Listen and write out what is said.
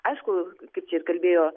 aišku kaip čia ir kalbėjo